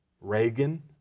Reagan